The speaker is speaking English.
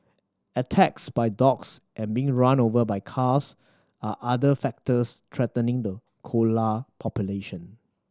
attacks by dogs and being run over by cars are other factors threatening the koala population